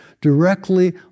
directly